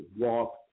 walk